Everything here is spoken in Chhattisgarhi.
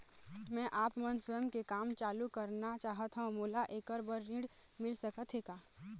मैं आपमन स्वयं के काम चालू करना चाहत हाव, मोला ऐकर बर ऋण मिल सकत हे का?